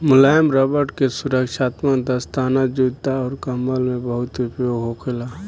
मुलायम रबड़ के सुरक्षात्मक दस्ताना, जूता अउर कंबल में बहुत उपयोग होखेला